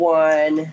one